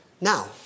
Now